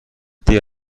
جدی